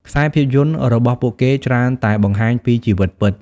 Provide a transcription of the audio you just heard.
ខ្សែភាពយន្ដរបស់ពួកគេច្រើនតែបង្ហាញពីជីវិតពិត។